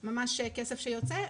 זה כסף שיוצא,